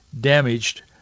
damaged